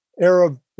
Arab